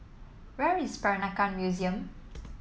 where is Peranakan Museum